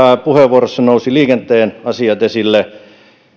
puheenvuorossa nousivat liikenteen asiat esille